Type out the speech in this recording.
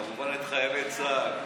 וכמובן את חיילי צה"ל.